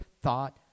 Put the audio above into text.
thought